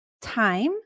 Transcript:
time